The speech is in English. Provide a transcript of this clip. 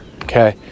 okay